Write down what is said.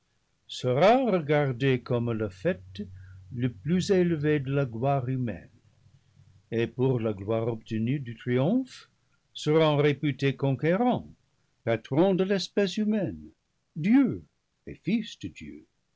comme le faîte le plus élevé de la gloire humaine et pour la gloire obtenue du triomphe seront ré putés conquérants patrons de l'espèce humaine dieux et